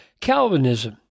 Calvinism